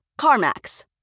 CarMax